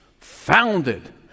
founded